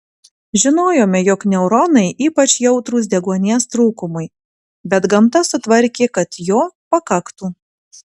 žinojome jog neuronai ypač jautrūs deguonies trūkumui bet gamta sutvarkė kad jo pakaktų